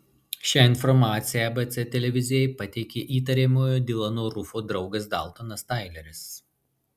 šią informaciją abc televizijai pateikė įtariamojo dilano rufo draugas daltonas taileris